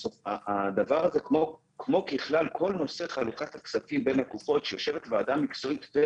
התשפ"ב-2021 של חברי הכנסת סמי אבו שחאדה, שירלי